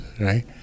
Right